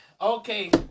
okay